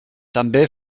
també